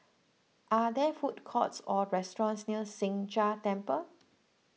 are there food courts or restaurants near Sheng Jia Temple